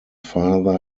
father